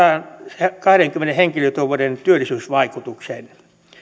sadankahdenkymmenen henkilötyövuoden työllisyysvaikutuksen